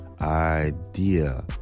idea